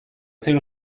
ser